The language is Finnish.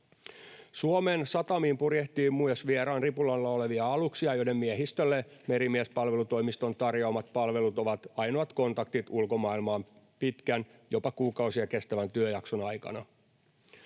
Suomen satamiin purjehtii myös vieraan lipun alla olevia aluksia, joiden miehistölle Merimiespalvelutoimiston tarjoamat palvelut ovat ainoat kontaktit ulkomaailmaan pitkän, jopa kuukausia kestävän työjakson aikana.